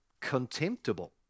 contemptible